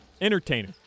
Entertainer